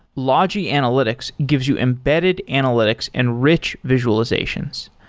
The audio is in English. logi analytics gives you embedded analytics and rich visualizations.